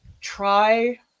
try